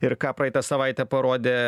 ir ką praeitą savaitę parodė